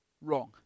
wrong